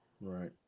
Right